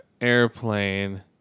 Airplane